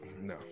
No